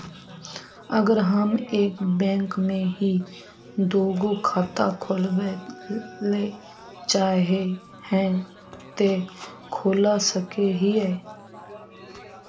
अगर हम एक बैंक में ही दुगो खाता खोलबे ले चाहे है ते खोला सके हिये?